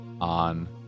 on